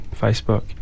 Facebook